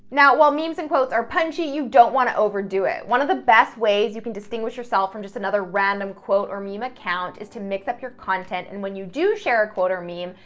now while memes and quotes are punchy, you don't want to overdo it. one of the best ways you can distinguish yourself from just another random quote or meme account is to mix up your content and when you do share a quote or meme,